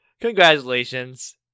Congratulations